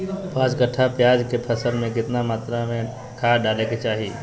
पांच कट्ठा प्याज के फसल में कितना मात्रा में खाद डाले के चाही?